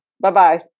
Bye-bye